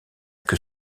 que